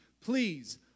please